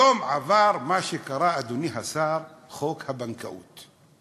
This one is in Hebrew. היום עבר מה שנקרא, אדוני השר, חוק הבנקאות.